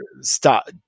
stop